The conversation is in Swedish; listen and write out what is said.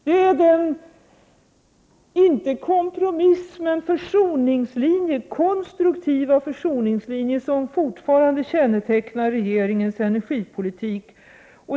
Detta är den inte kompromiss utan konstruktiva försoningslinje som fortfarande kännetecknar regeringens energipolitik.